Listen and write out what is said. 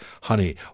honey